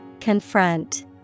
Confront